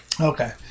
Okay